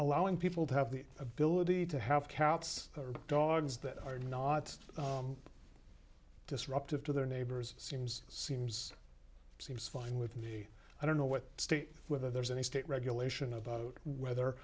allowing people to have the ability to have cats or dogs that are not disruptive to their neighbors seems seems seems fine with me i don't know what state whether there's any state regulation of whether